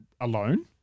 alone